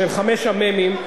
של חמשת המ"מים,